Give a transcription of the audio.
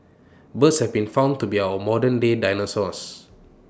birds have been found to be our modernday dinosaurs